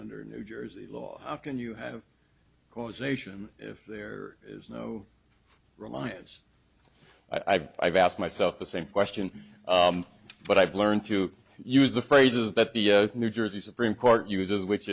under new jersey law how can you have causation if there is no reliance i've asked myself the same question but i've learned to use the phrases that the new jersey supreme court uses which